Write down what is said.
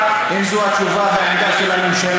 אנחנו, ממך, אם זו התשובה והעמדה של הממשלה,